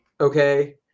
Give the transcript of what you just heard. okay